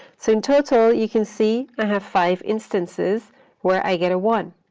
so in total, you can see i have five instances where i get a one.